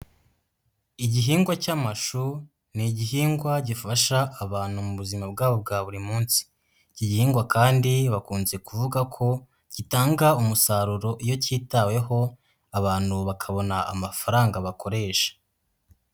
Igihingwa cy'amashu, ni igihingwa gifasha abantu mu buzima bwabo bwa buri munsi, iki gihingwa kandi bakunze kuvuga ko gitanga umusaruro iyo cyitaweho, abantu bakabona amafaranga bakoresha.